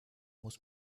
muss